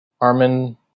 Armin